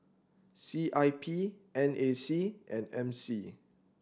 C I P N A C and M C